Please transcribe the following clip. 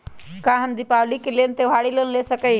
का हम दीपावली के लेल त्योहारी लोन ले सकई?